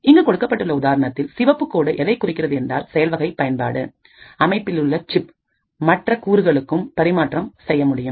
இங்கு கொடுக்கப்பட்டுள்ள உதாரணத்தில் சிவப்புக் கோடு எதை குறிக்கிறது என்றால் செயல்வகை பயன்பாடு அமைப்பிலுள்ள சிப் மற்ற கூறுகளுக்கும் பரிமாற்றம் செய்ய முடியும்